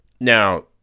Now